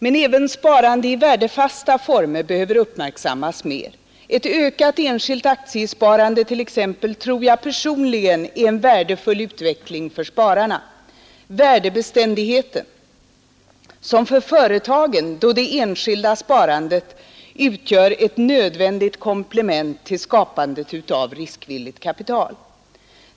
Men även sparande i värdefasta former behöver uppmärksammas mer. Personligen tror jag att t.ex. ett ökat enskilt aktiesparande är en värdefull utveckling för såväl spararna — på grund av värdebeständigheten — som för företagen, då det enskilda sparandet utgör ett nödvändigt komplement till skapandet av riskvilligt kapital.